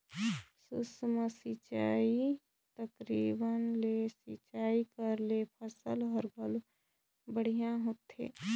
सूक्ष्म सिंचई तरकीब ले सिंचई करे ले फसल हर घलो बड़िहा होथे